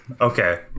Okay